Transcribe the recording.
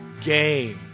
game